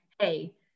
hey